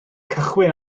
cychwyn